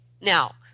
Now